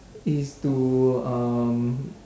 is to um